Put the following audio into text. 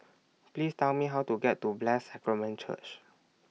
Please Tell Me How to get to Blessed Sacrament Church